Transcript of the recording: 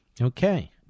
Okay